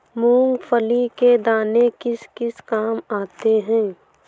मूंगफली के दाने किस किस काम आते हैं?